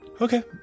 Okay